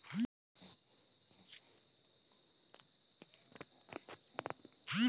गरीब मइनसे अउ किसान कर सुबिधा बर ढेरे जाएत में सब्सिडी देहल जाथे